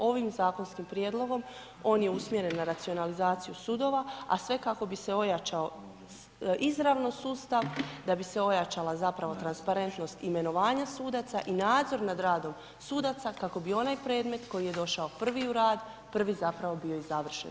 Ovim zakonskim prijedlogom on je usmjeren na racionalizaciju sudova, a sve kako bi se ojačao izravno sustav, da bi se ojačala zapravo transparentnost imenovanja sudaca i nadzor nad radom sudaca kako bi onaj predmet koji je došao prvi u rad, prvi zapravo i bio završen.